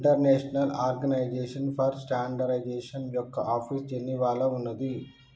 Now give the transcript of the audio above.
international organisation for standardisation యొక్క office జెనీవాలో ఉన్నాది